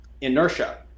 inertia